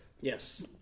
Yes